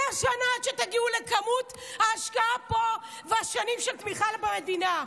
מאה שנה עד שתגיעו לכמות ההשקעה פה והשנים של תמיכה במדינה.